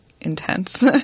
intense